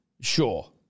Sure